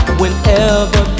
whenever